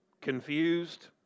Confused